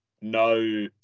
no